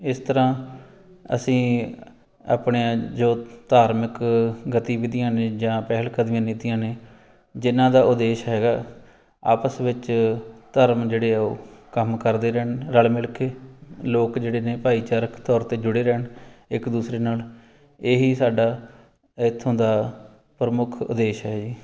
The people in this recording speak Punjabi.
ਇਸ ਤਰ੍ਹਾਂ ਅਸੀਂ ਆਪਣੇ ਜੋ ਧਾਰਮਿਕ ਗਤੀਵਿਧੀਆਂ ਨੇ ਜਾਂ ਪਹਿਲਕਦਮੀਆਂ ਨੀਤੀਆਂ ਨੇ ਜਿਨਾਂ ਦਾ ਉਦੇਸ਼ ਹੈਗਾ ਆਪਸ ਵਿੱਚ ਧਰਮ ਜਿਹੜੇ ਆ ਉਹ ਕੰਮ ਕਰਦੇ ਰਹਿਣ ਰਲ ਮਿਲ ਕੇ ਲੋਕ ਜਿਹੜੇ ਨੇ ਭਾਈਚਾਰਕ ਤੌਰ 'ਤੇ ਜੁੜੇ ਰਹਿਣ ਇੱਕ ਦੂਸਰੇ ਨਾਲ ਇਹੀ ਸਾਡਾ ਇੱਥੋਂ ਦਾ ਪ੍ਰਮੁੱਖ ਉਦੇਸ਼ ਹੈ ਜੀ